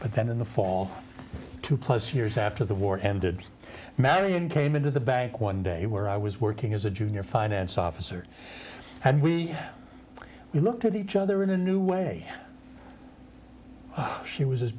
but then in the fall two plus years after the war ended marian came into the bank one day where i was working as a junior finance officer and we looked at each other in a new way she was as